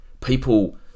people